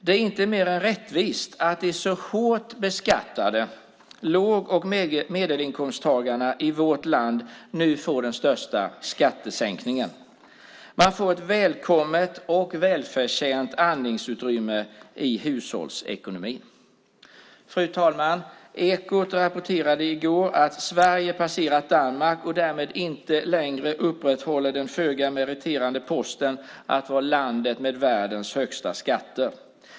Det är inte mer än rättvist att de så hårt beskattade låg och medelinkomsttagarna i vårt land nu får den största skattesänkningen. Man får ett välkommet och välförtjänt andningsutrymme i hushållsekonomin. Fru talman! Ekot rapporterade i går att Sverige passerat Danmark och därmed inte längre upprätthåller den föga meriterande posten att vara landet med världens högsta skatter.